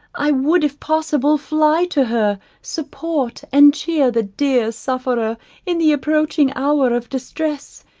i would if possible fly to her, support and cheer the dear sufferer in the approaching hour of distress,